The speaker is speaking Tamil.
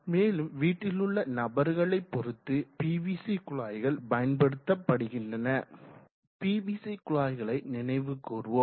மேலும் வீட்டிலுள்ள நபர்களை பொறுத்து பிவிசி குழாய்கள் பயன்படுத்தப்படுகின்றன பிவிசி குழாய்களை நினைவுகூர்வோம்